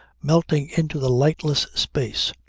melting into the lightless space.